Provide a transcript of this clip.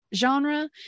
genre